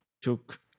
took